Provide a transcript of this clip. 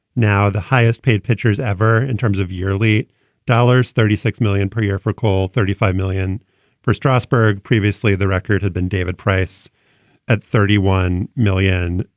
now the highest paid pitchers ever in terms of yearly dollars. thirty six million per year for cole, thirty five million for strasburg. previously, the record had been david price at thirty one million.